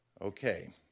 Okay